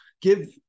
give